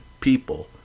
people